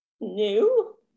new